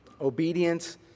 Obedience